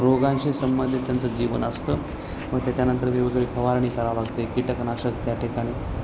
रोगांशी संबंधित त्यांचं जीवन असतं मग त्याच्यानंतर वेगवेगळी फवारणी करावं लागते कीटकनाशक त्या ठिकाणी